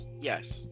Yes